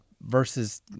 versus